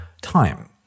time